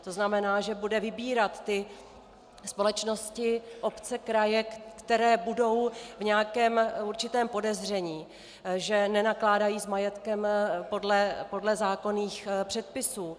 To znamená, že bude vybírat společnosti, obce, kraje, které budou v nějakém určitém podezření, že nenakládají s majetkem podle zákonných předpisů.